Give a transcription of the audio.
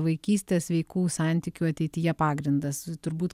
vaikystės sveikų santykių ateityje pagrindas turbūt